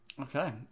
okay